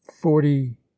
forty